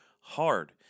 hard